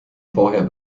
vorher